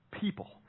people